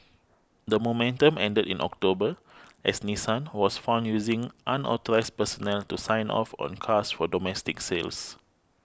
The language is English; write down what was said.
that momentum ended in October as Nissan was found using unauthorised personnel to sign off on cars for domestic sales